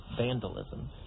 vandalism